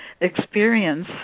experience